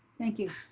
thank you,